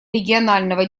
регионального